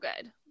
good